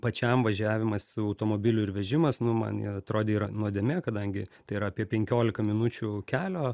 pačiam važiavimas su automobiliu ir vežimas nu man atrodė yra nuodėmė kadangi tai yra apie penkiolika minučių kelio